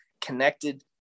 connected